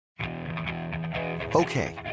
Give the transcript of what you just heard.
Okay